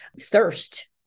thirst